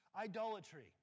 idolatry